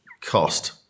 cost